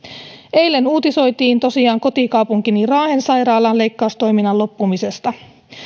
eilen uutisoitiin tosiaan kotikaupunkini raahen sairaalan leikkaustoiminnan loppumisesta